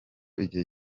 igihe